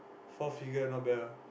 four figure not bad ah